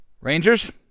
Rangers